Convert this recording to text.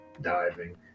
diving